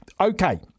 Okay